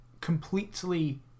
completely